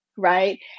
Right